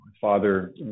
father